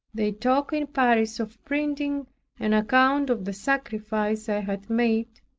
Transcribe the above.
they talked in paris of printing an account of the sacrifice i had made,